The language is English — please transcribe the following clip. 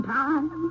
time